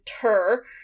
tur